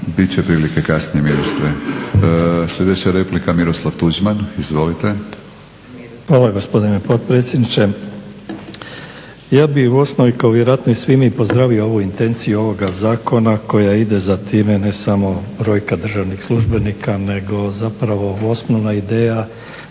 Bit će prilike kasnije ministre. Sljedeća replika Miroslav Tuđman. Izvolite. **Tuđman, Miroslav (HDZ)** Hvala gospodine potpredsjedniče. Ja bih u osnovi, kao vjerojatno i svi mi, pozdravio ovu intenciju ovoga zakona koja ide za time ne samo brojka državnih službenika, nego zapravo osnovna ideja